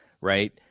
right